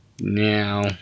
now